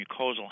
mucosal